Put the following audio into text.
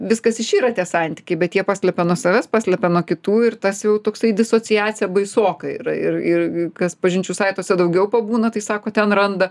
viskas išyra tie santykiai bet jie paslepia nuo savęs paslepia nuo kitų ir tas jau toksai disociacija baisoka yra ir ir kas pažinčių saituose daugiau pabūna tai sako ten randa